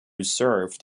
served